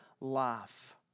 life